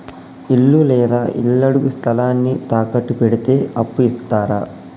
ఇల్లు లేదా ఇళ్లడుగు స్థలాన్ని తాకట్టు పెడితే అప్పు ఇత్తరా?